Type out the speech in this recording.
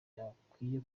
hakwiye